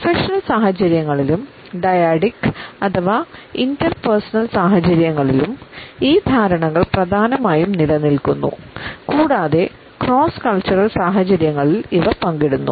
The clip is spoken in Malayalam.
പ്രൊഫഷണൽ സാഹചര്യങ്ങളിൽ ഇവ പങ്കിടുന്നു